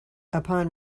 upon